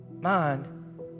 mind